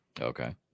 Okay